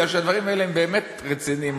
כי הדברים האלה הם באמת רציניים,